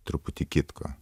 truputį kitko